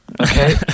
Okay